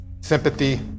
sympathy